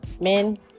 men